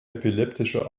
epileptische